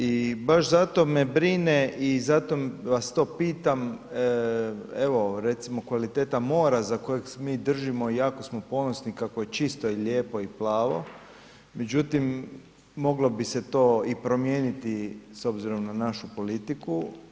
I baš zato me brine i zato vas to pitam, evo recimo kvaliteta mora za kojeg mi držimo i jako smo ponosni kako je čisto i lijepo i plavo, međutim moglo bi se to i promijeniti s obzirom na našu politiku.